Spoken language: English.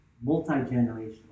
multi-generational